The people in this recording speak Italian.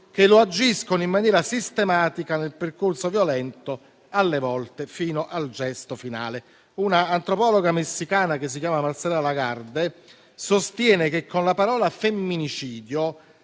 che agiscono in maniera sistematica nel percorso violento, alle volte fino al gesto finale. L'antropologa messicana Marcela Lagarde sostiene che con la parola femminicidio